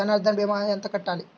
జన్ధన్ భీమా ఎంత కట్టాలి?